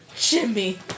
Jimmy